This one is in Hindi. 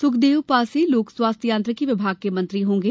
सुखदेव पांसे लोक स्वास्थ्य यांत्रिकी विभाग के मंत्री होंगे